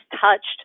touched